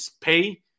pay